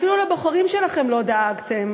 אפילו לבוחרים שלכם לא דאגתם.